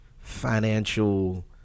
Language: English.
financial